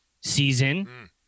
season